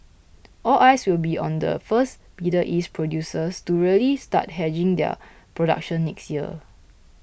all eyes will be on the first Middle East producers to really start hedging their production next year